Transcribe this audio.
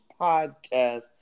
podcast